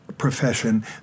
profession